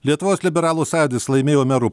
lietuvos liberalų sąjūdis laimėjo merų